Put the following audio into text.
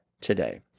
today